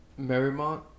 Merrimont